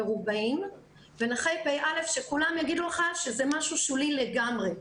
מרובעים ונחי פ"א שכולם יגידו לך שזה משהו שולי לגמרי.